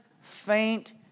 faint